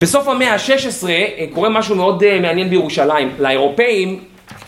בסוף המאה ה-16 קורה משהו מאוד מעניין בירושלים, לאירופאים...